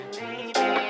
baby